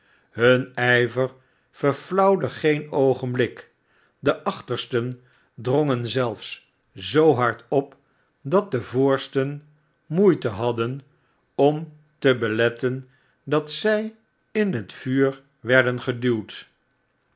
hun ijver verflauwde geen oogenblik de achtersten drongen zelfs zoo hard op dat de voorsten moeite hadden om te beletten dat zij in het vuur werden geduwd